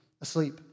asleep